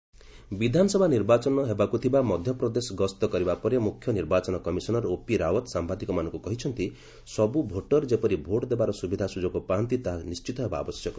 MP election ବିଧାନସଭା ନିର୍ବାଚନ ହେବାକୁ ଥିବା ମଧ୍ୟପ୍ରଦେଶ ଗସ୍ତ କରିବା ପରେ ମ୍ରଖ୍ୟ ନିର୍ବାଚନ କମିଶନର ଓପି ରାଓ୍ନତ୍ ସାମ୍ଭାଦିକମାନଙ୍କୁ କହିଛନ୍ତି ସବୃ ଭୋଟର ଯେପରି ଭୋଟ୍ ଦେବାର ସୁବିଧା ସୁଯୋଗ ପାଆନ୍ତି ତାହା ନିଶ୍ଚିତ ହେବା ଆବଶ୍ୟକ